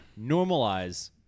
normalize